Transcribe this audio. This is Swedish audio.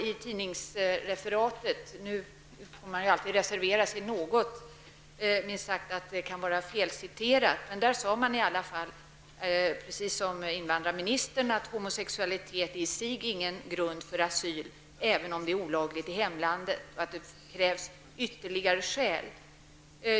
I tidningsreferatet sades det -- man får emellertid alltid reservera sig något för att det kan vara felrefererat -- precis som invandrarministern har sagt, att homosexualitet i sig inte utgör någon grund för asyl, även om homosexualitet är olaglig i hemlandet, utan det krävs ytterligare skäl.